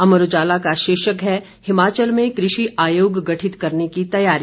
अमर उजाला का शीर्षक है हिमाचल में कृषि आयोग गठित करने की तैयारी